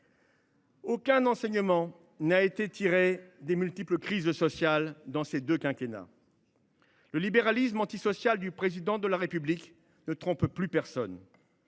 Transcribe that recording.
Aucun enseignement n’a été tiré des multiples crises sociales de ces deux quinquennats. Le libéralisme antisocial du Président de la République ne trompe plus personne.